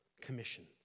commission